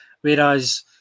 Whereas